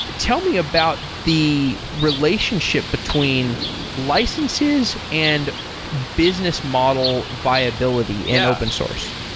ah tell me about the relationship between licenses and business model viability and open source.